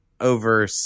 over